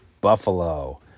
buffalo